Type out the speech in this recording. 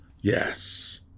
Yes